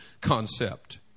concept